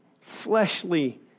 fleshly